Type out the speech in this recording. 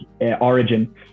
origin